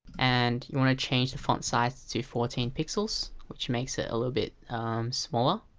and you want to change the font size to fourteen pixels which makes it a little bit smaller